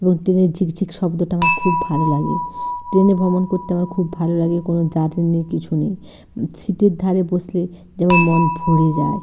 এবং ট্রেনের ঝিঁকঝিঁক শব্দটা আমার খুব ভালো লাগে ট্রেনে ভ্রমণ করতে আমার খুব ভালো লাগে কোনো জার্কিং নেই কিছু নেই সিটের ধারে বসলে যেমন মন ভরে যায়